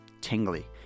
tingly